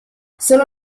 solo